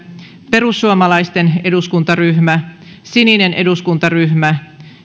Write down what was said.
perussuomalaisten eduskuntaryhmä sininen eduskuntaryhmä